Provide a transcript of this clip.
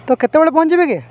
ତ କେତେବେଳେ ପହଁଞ୍ଚିବ କି